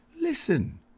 Listen